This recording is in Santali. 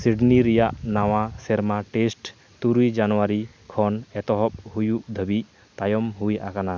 ᱥᱤᱰᱱᱤ ᱨᱮᱭᱟᱜ ᱱᱟᱣᱟ ᱥᱮᱨᱢᱟ ᱴᱮᱥᱴ ᱛᱩᱨᱩᱭ ᱡᱟᱱᱣᱟᱨᱤ ᱠᱷᱚᱱ ᱮᱛᱚᱦᱚᱵ ᱦᱩᱭᱩᱜ ᱫᱷᱟᱹᱵᱤᱡ ᱛᱟᱭᱚᱢ ᱦᱩᱭ ᱟᱠᱟᱱᱟ